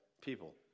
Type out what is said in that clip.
people